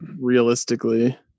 realistically